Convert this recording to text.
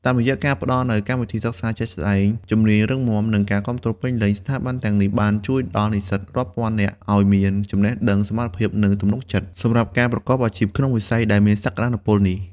តាមរយៈការផ្តល់នូវ កម្មវិធីសិក្សាជាក់ស្តែង ជំនាញរឹងមាំ និងការគាំទ្រពេញលេញ ស្ថាប័នទាំងនេះបានជួយដល់និស្សិតរាប់ពាន់នាក់ឱ្យមាន ចំណេះដឹង សមត្ថភាព និងទំនុកចិត្ត សម្រាប់ការប្រកបអាជីពក្នុងវិស័យដែលមានសក្តានុពលនេះ។